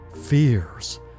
fears